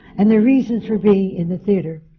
and their reason for being in the theatre.